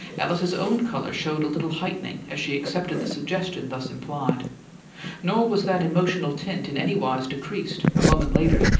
alice's own colour showed a little heightening as she accepted the suggestion thus implied nor was that emotional tint in any wise decreased, a moment later,